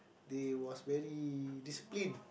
they was very disciplined